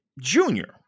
junior